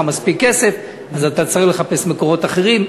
מספיק כסף אז אתה צריך לחפש מקורות אחרים.